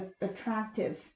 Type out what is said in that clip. attractive